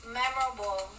memorable